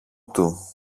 του